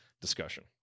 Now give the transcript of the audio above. discussion